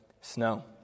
snow